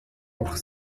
auch